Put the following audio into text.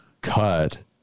cut